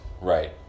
Right